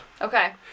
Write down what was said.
Okay